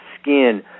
skin